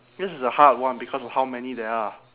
this is a hard one because of how many there are